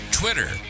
Twitter